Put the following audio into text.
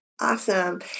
Awesome